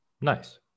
Nice